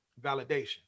validation